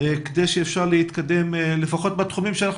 כדי אפשר יהיה להתקדם לפחות בתחומים בהם אנחנו